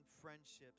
friendships